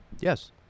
Yes